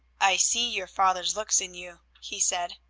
i see your father's looks in you, he said.